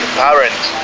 parents